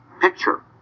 picture